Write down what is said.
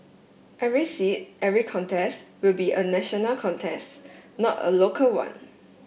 every seat every contest will be a national contest not a local one